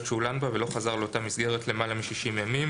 שהוא לן בה ולא חזר לאותה מסגרת למעלה מ-60 ימים,